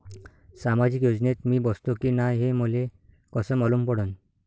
सामाजिक योजनेत मी बसतो की नाय हे मले कस मालूम पडन?